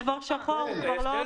הוא כבר שחור, לא